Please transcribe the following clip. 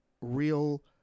real